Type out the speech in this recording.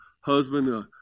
husband